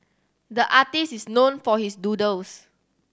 the artist is known for his doodles